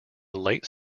late